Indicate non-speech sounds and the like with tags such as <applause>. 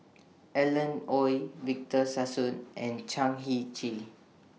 Alan Oei <noise> Victor Sassoon and Chan Heng Chee